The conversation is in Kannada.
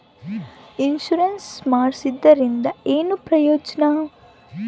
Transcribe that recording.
ಇನ್ಸುರೆನ್ಸ್ ಮಾಡ್ಸೋದರಿಂದ ಏನು ಪ್ರಯೋಜನ?